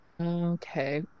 okay